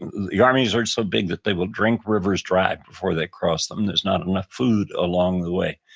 the armies are just so big that they will drink rivers dry before they cross them. there's not enough food along the way.